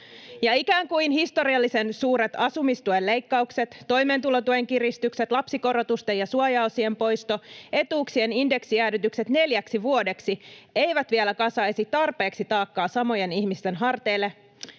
ikään kuin historiallisen suuret asumistuen leikkaukset, toimeentulotuen kiristykset, lapsikorotusten ja suojaosien poisto ja etuuksien indeksijäädytykset neljäksi vuodeksi eivät vielä kasaisi tarpeeksi taakkaa samojen ihmisten harteille,